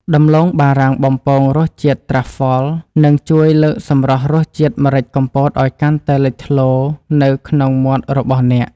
ដំឡូងបារាំងបំពងរសជាតិត្រាហ្វហ្វលនឹងជួយលើកសម្រស់រសជាតិម្រេចកំពតឱ្យកាន់តែលេចធ្លោនៅក្នុងមាត់របស់អ្នក។